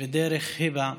ודרך היבה,